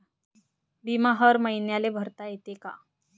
बिमा हर मईन्याले भरता येते का?